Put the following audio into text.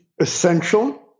essential